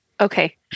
Okay